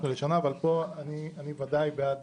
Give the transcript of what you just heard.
במקרה הנדון כאן אני בעד